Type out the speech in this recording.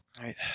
Right